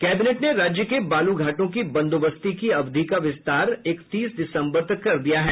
cabinet ने राज्य के बालू घाटों की बंदोबस्ती की अवधि का विस्तार इकतीस दिसम्बर तक कर दिया है